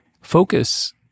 focus